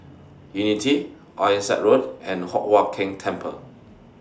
Unity Ironside Road and Hock Huat Keng Temple